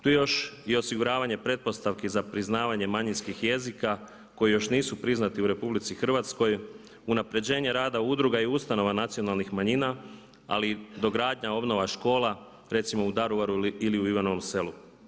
Tu je još i osiguravanje pretpostavki za priznavanje manjinskih jezika koji još nisu priznati u RH, unaprjeđenje rada udruga i ustanova nacionalnih manjina ali i dogradnja, obnova škola recimo u Daruvaru ili u Ivanovom selu.